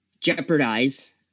jeopardize